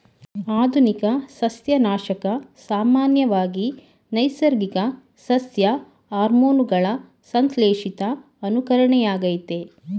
ಆಧುನಿಕ ಸಸ್ಯನಾಶಕ ಸಾಮಾನ್ಯವಾಗಿ ನೈಸರ್ಗಿಕ ಸಸ್ಯ ಹಾರ್ಮೋನುಗಳ ಸಂಶ್ಲೇಷಿತ ಅನುಕರಣೆಯಾಗಯ್ತೆ